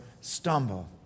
stumble